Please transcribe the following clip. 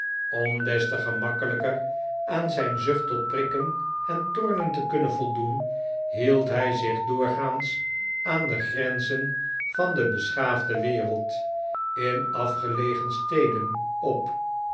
om des te gemakkelijker aan zijn zucht tot prikken en tornen te kunnen voldoen hield hij zich doorgaans aan de grenzen van de beschaafde wereld in afgelegen steden op